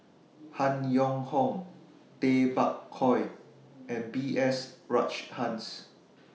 Han Yong Hong Tay Bak Koi and B S Rajhans